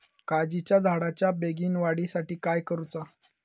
काजीच्या झाडाच्या बेगीन वाढी साठी काय करूचा?